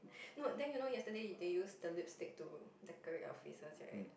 no then you know yesterday they use the lipstick to decorate our faces right